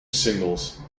singles